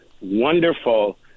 wonderful